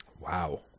wow